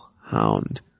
hound